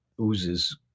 oozes